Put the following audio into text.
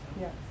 Yes